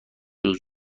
روز